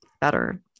better